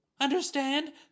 Understand